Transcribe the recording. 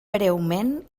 breument